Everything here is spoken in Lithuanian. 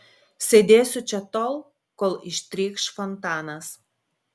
sėdėsiu čia tol kol ištrykš fontanas